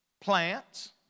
plants